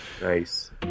Nice